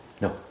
No